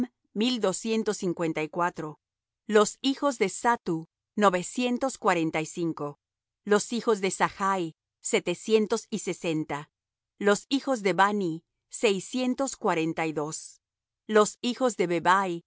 mil doscientos cincuenta y cuatro los hijos de zattu novecientos cuarenta y cinco los hijos de zachi setecientos y sesenta los hijos de bani seiscientos cuarenta y dos los hijos de bebai